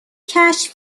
کشف